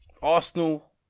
Arsenal